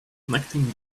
connecting